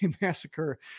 massacre